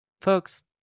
Folks